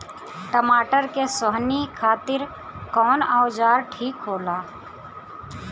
टमाटर के सोहनी खातिर कौन औजार ठीक होला?